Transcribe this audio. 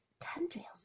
tendrils